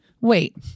Wait